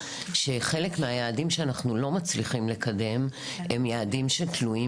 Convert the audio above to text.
שחלק מהיעדים שאנחנו לא מצליחים לקדם הם יעדים שתלויים